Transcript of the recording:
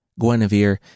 Guinevere